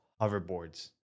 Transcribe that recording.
hoverboards